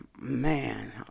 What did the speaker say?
man